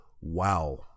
Wow